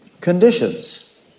conditions